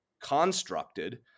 constructed